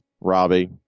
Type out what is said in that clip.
Robbie